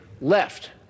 left